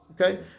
Okay